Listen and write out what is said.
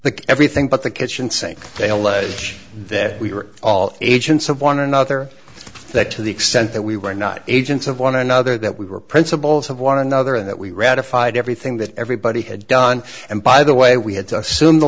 the everything but the kitchen sink they allege that we were all agents of one another that to the extent that we were not agents of one another that we were principals of one another and that we ratified everything that everybody had done and by the way we had to assume the